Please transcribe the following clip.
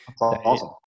Awesome